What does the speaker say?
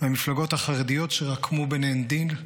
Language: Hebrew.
והמפלגות החרדיות, שרקמו ביניהן דיל,